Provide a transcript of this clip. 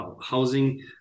housing